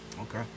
Okay